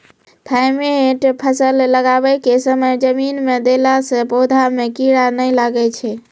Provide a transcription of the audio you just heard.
Thimet फ़सल लगाबै के समय जमीन मे देला से पौधा मे कीड़ा नैय लागै छै?